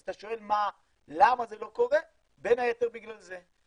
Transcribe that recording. אז אתה שואל למה זה לא קורה, בין היתר בגלל זה.